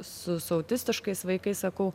su su autistiškais vaikais sakau